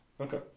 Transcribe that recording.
Okay